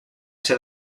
ser